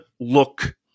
look